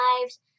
lives